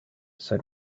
said